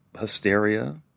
hysteria